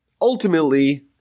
ultimately